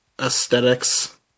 aesthetics